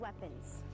weapons